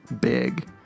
big